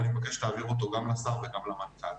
ואני מבקש שתעבירו אותו גם לשר וגם למנכ"ל.